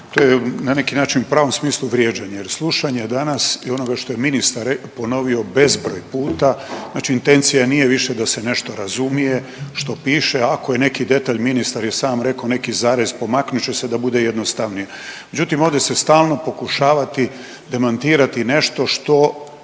to je na neki način u pravom smislu vrijeđanje jer slušanje danas i onoga što je ministar re…, ponovio bezbroj puta, znači intencija nije više da se nešto razumije što piše, ako je neki detalj, ministar je sam rekao, neki zarez pomaknut će se da bude jednostavnije, međutim ovdje se stalno pokušavati demantirati nešto što